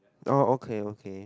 oh okay okay